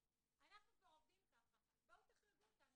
עובדים ככה, תחריגו אותנו.